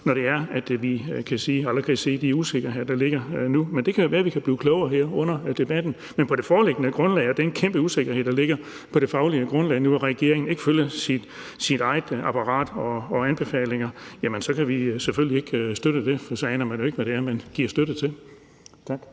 når det er, at vi allerede kan se de usikkerheder, der ligger nu, men det kan jo være, at vi kan blive klogere her under debatten. Men på det foreliggende grundlag og med den kæmpe usikkerhed, der er om det faglige grundlag, nu hvor regeringen ikke følger sit eget apparats anbefalinger, så kan vi selvfølgelig ikke støtte det, for så aner man jo ikke, hvad det er, man giver støtte til. Tak.